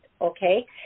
okay